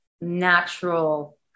natural